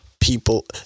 people